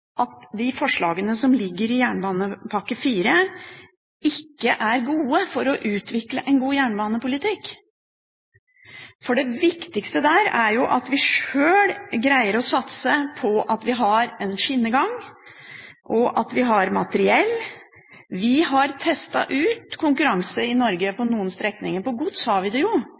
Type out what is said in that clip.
at de forslagene som ligger i jernbanepakke IV, ikke er gode for å utvikle en god jernbanepolitikk. Det viktigste er at vi sjøl greier å satse på å ha en skinnegang og materiell. Vi har testet ut konkurranse i Norge på noen strekninger, og på gods har vi det jo.